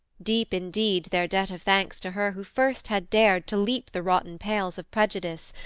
deep, indeed, their debt of thanks to her who first had dared to leap the rotten pales of prejudice,